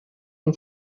und